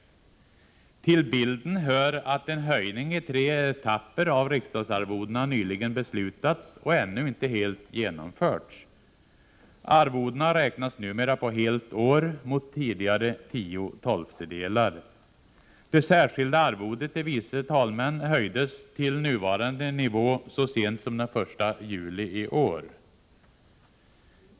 Till bilden hör att en höjning i tre etapper av riksdagsarvodena nyligen har beslutats och ännu inte är helt genomförd. Arvodena räknas numera på helt år mot tidigare tio tolftedelar. Det särskilda arvodet till vice talmän höjdes till nuvarande nivå så sent som den 1 juli i år.